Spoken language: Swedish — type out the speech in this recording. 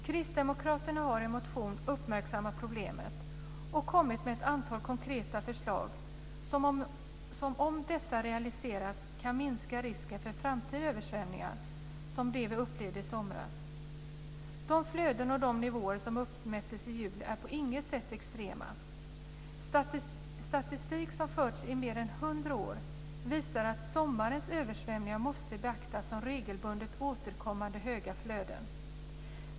Kristdemokraterna har i en motion uppmärksammat problemet och kommit med ett antal konkreta förslag som om dessa realiseras kan minska risken för framtida översvämningar som de vi upplevde i somras. De flöden och de nivåer som uppmättes i juli är på inget sätt extrema. Statistik som förts i mer än 100 år visar att sommarens översvämningar måste beaktas som regelbundet återkommande höga flöden.